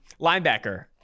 Linebacker